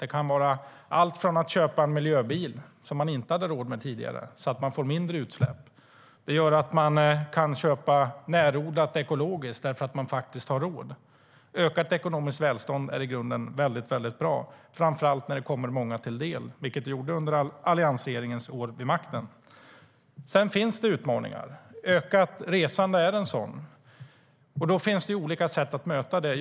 Det kan gälla allt från att köpa en miljöbil som man inte hade råd med tidigare, så att det blir mindre utsläpp, till att man kan köpa närodlat ekologiskt därför att man faktiskt har råd. Ökat ekonomiskt välstånd är i grunden bra, framför allt när det kommer många till del - vilket det gjorde under alliansregeringens år vid makten. Det finns utmaningar. Ökat resande är en sådan utmaning. Det finns olika sätt att möta dem.